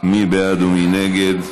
מי בעד ומי נגד?